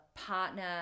partner